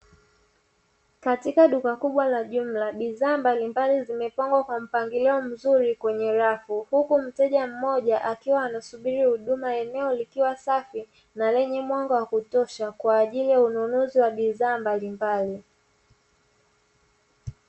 Katika duka kubwa la jumla bidhaa mbalimbali zimepangwa kwa mpangilio mzuri kwenye rafu. Huku mteja mmoja anasubiri huduma, eneo likiwa safi lenye mwanga wa kutosha wa ajili ya ununuzi wa bidhaa mbalimbali.